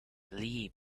lee